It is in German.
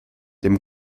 dem